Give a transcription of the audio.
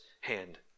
hand